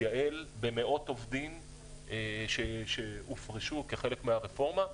התייעל במאות עובדים שהופרשו כחלק מהרפורמה,